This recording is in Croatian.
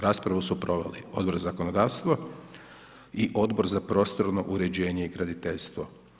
Raspravu su proveli Odbor za zakonodavstvo i Odbor za prostorno uređenje i graditeljstvo.